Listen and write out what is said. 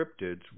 cryptids